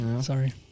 Sorry